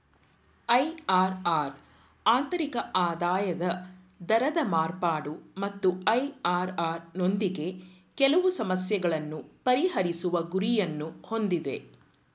IRR ಆಂತರಿಕ ಆದಾಯದ ದರದ ಮಾರ್ಪಾಡು ಮತ್ತು ಐ.ಆರ್.ಆರ್ ನೊಂದಿಗೆ ಕೆಲವು ಸಮಸ್ಯೆಗಳನ್ನು ಪರಿಹರಿಸುವ ಗುರಿಯನ್ನು ಹೊಂದಿದೆ